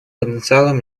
потенциалом